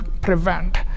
prevent